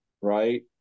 right